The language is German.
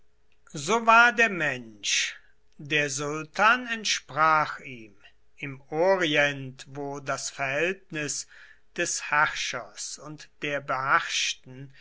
so war der mensch der sultan entsprach ihm im orient wo das verhältnis des herrschers und der beherrschten